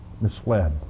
misled